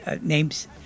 names